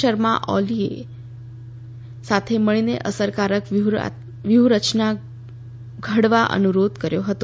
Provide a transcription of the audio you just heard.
શર્મા ઓલીએ સાથે મળીને અસરકારક વ્યુહરચના ઘડવા અનુરોધ કર્યો હતો